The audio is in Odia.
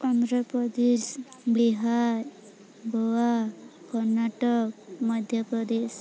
ଆନ୍ଧ୍ରପ୍ରଦେଶ ବିହାର ଗୋଆ କର୍ଣ୍ଣାଟକ ମଧ୍ୟପ୍ରଦେଶ